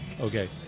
okay